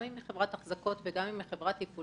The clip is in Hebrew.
גם אם היא חברת אחזקות וגם אם היא חברה תפעולית,